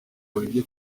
buriri